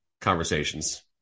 conversations